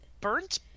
burnt